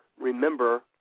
remember